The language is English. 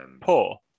poor